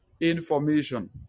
Information